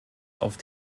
auf